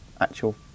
actual